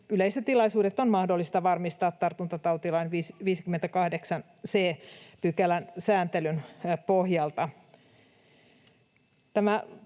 yleisötilaisuudet on mahdollista varmistaa tartuntatautilain 58 c §:n sääntelyn pohjalta.